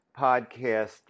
podcast